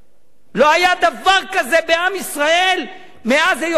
לא היה דבר כזה בעם ישראל מאז היותו לעם,